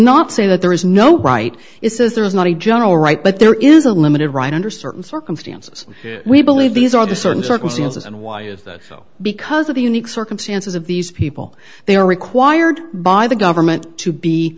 not say that there is no right is there is not a general right but there is a limited right under certain circumstances we believe these are the certain circumstances and why is this so because of the unique circumstances of these people they are required by the government to be